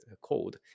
code